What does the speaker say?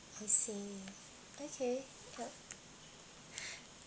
I see okay